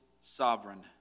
sovereign